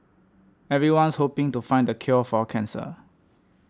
everyone's hoping to find the cure for cancer